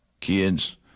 Kids